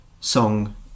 song